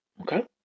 Okay